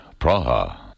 Praha